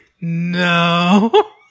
No